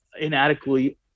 inadequately